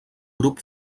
grup